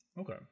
Okay